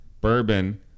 bourbon